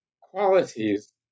qualities